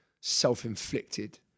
self-inflicted